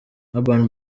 urban